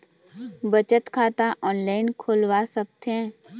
बचत खाता ऑनलाइन खोलवा सकथें?